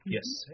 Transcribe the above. Yes